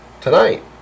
tonight